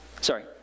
sorry